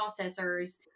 processors